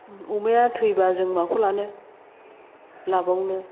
अमाया थैब्ला जों माखौ लानो लाबावनो